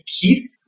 Keith